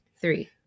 three